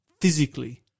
physically